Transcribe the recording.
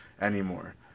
anymore